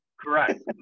Correct